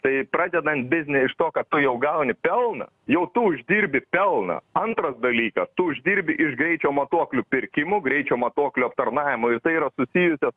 tai pradedant biznį iš to kad tu jau gauni pelną jau tu uždirbi pelną antras dalykas tu uždirbi iš greičio matuoklių pirkimų greičio matuoklių aptarnavimo ir tai yra susijusios